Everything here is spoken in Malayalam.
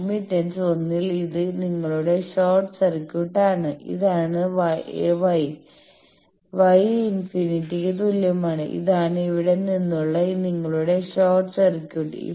അഡ്മിറ്റൻസ് 1 ൽ ഇത് നിങ്ങളുടെ ഷോർട്ട് സർക്യൂട്ട് ആണ് ഇതാണ് നിങ്ങളുടെ Y Y ഇൻഫിനിറ്റിക്ക് തുല്യമാണ് ഇതാണ് ഇവിടെ നിന്നുള്ള നിങ്ങളുടെ ഷോർട്ട് സർക്യൂട്ട്